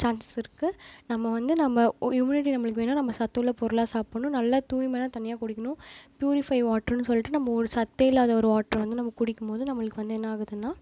chances இருக்குது நம்ம வந்து நம்ம ஓ இம்யூனிட்டி நம்மளுக்கு வேணும்னா நம்ம சத்துள்ள பொருளாக சாப்பிட்ணும் நல்ல தூய்மையான தண்ணியாக குடிக்கணும் ப்யூரிஃபை வாட்டர்னு சொல்லிட்டு நம்ம ஒரு சத்தே இல்லாத ஒரு வாட்டரை வந்து நம்ம குடிக்கும் போது நம்மளுக்கு வந்து என்ன ஆகுதுன்னா